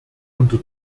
unter